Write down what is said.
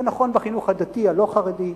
זה נכון בחינוך הדתי הלא-חרדי,